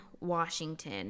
Washington